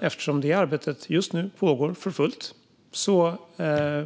Eftersom detta arbete just nu pågår för fullt